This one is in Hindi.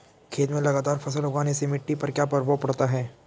खेत में लगातार फसल उगाने से मिट्टी पर क्या प्रभाव पड़ता है?